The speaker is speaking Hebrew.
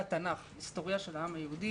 התנ"ך, היסטוריה של העם היהודי.